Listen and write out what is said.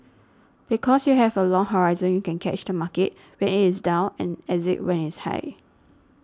because you have a long horizon you can catch the market when it is down and exit when it's high